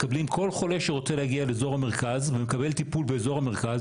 מקבלים כל חולה שרוצה להגיע לאזור המרכז ומקבל טיפול באזור המרכז,